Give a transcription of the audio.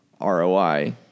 ROI